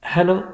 Hello